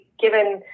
given